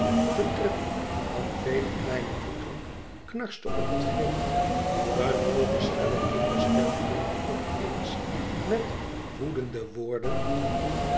getrippel van vele kleine voeten knarste op het grint een hooge schelle kinderstem klonk op eens met woedende woorden